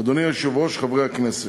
אדוני היושב-ראש, חברי הכנסת,